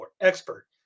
expert